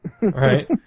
right